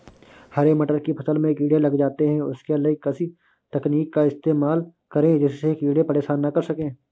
हरे मटर की फसल में कीड़े लग जाते हैं उसके लिए किस तकनीक का इस्तेमाल करें जिससे कीड़े परेशान ना कर सके?